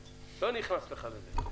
תן לי את המענה במיידי.